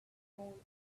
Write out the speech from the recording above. hole